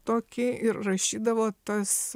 tokį ir rašydavo tas